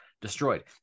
destroyed